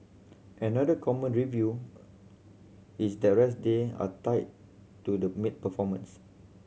another common review is the rest day are tied to the maid performance